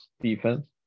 defense